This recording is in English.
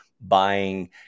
buying